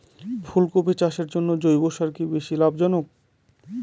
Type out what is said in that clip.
ফুলকপি চাষের জন্য জৈব সার কি বেশী লাভজনক?